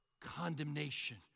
condemnation